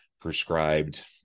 prescribed